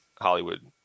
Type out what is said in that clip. Hollywood